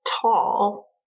tall